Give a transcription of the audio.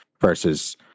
versus